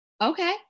okay